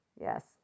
yes